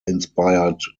inspired